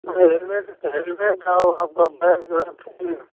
helmet helmet और आपका bag जो है